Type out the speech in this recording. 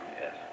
yes